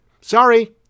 Sorry